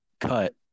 cut